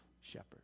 shepherd